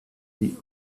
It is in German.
die